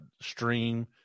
stream